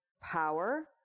power